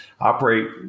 operate